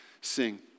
Sing